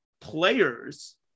players